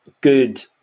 good